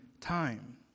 time